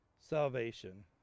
salvation